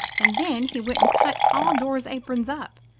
and then he went and cut all dora's aprons up.